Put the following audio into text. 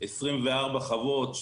24 חוות,